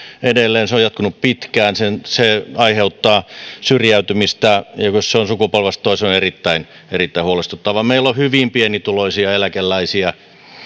edelleen se on jatkunut pitkään ja se aiheuttaa syrjäytymistä ja ja jos se on niin sukupolvesta toiseen se on erittäin erittäin huolestuttavaa meillä on hyvin pienituloisia eläkeläisiä